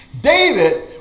David